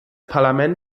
parlament